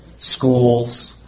schools